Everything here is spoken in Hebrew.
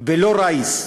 ולא ראיס.